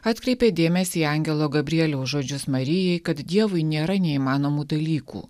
atkreipė dėmesį į angelo gabrieliaus žodžius marijai kad dievui nėra neįmanomų dalykų